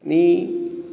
मी